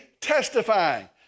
testifying